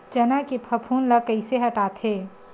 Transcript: चना के फफूंद ल कइसे हटाथे?